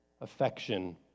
Affection